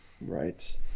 Right